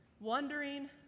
Wondering